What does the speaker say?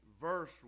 verse